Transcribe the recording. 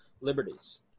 liberties